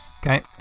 Okay